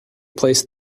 placed